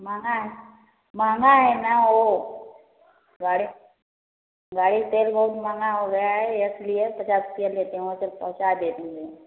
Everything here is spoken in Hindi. महंगा है महंगा है ना वो गाड़ी गाड़ी का तेल बहुत महंगा हो गया है इसलिए पचास रुपए लेती हूँ फिर पहुँचा देती हूँ